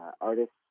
artists